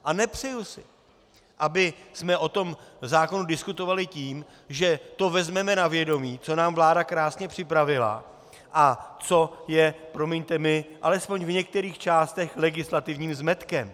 A nepřeju si, abychom o tom zákonu diskutovali tím, že to vezmeme na vědomí, co nám vláda krásně připravila, a co je, promiňte mi, alespoň v některých částech legislativním zmetkem.